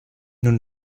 nous